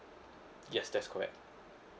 yes that's correct